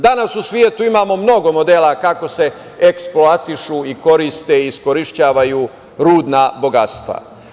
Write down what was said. Danas u svetu imamo mnogo modela kako se eksploatišu, koriste i iskorišćavaju rudna bogatstva.